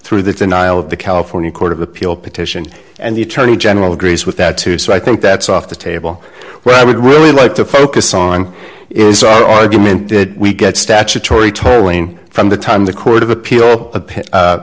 through the denial of the california court of appeal petition and the attorney general agrees with that too so i think that's off the table where i would really like to focus on is so argument that we get statutory tolling from the time the court of appeal